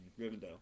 Rivendell